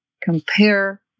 compare